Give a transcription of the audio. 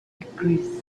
degrees